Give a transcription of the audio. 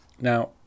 Now